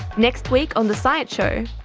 next week on the science show,